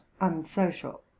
unsocial